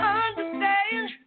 understand